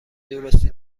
درستی